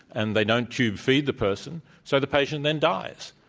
and they don't tube feed the person, so the patient then dies.